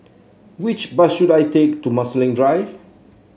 which bus should I take to Marsiling Drive